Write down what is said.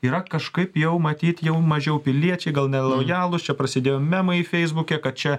yra kažkaip jau matyt jau mažiau piliečiai gal nelojalūs čia prasidėjo memai feisbuke kad čia